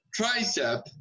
tricep